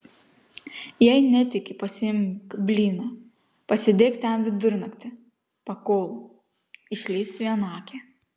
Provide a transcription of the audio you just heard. jei netiki pasiimk blyną pasėdėk ten vidurnaktį pakol išlįs vienakė